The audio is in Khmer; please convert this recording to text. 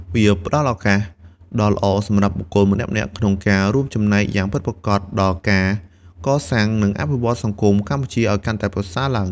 វាផ្ដល់ឱកាសដ៏ល្អសម្រាប់បុគ្គលម្នាក់ៗក្នុងការ រួមចំណែកយ៉ាងពិតប្រាកដដល់ការកសាង និងអភិវឌ្ឍន៍សង្គមកម្ពុជាឱ្យកាន់តែប្រសើរឡើង ។